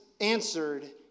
answered